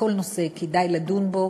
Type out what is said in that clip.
כל נושא כדאי לדון בו,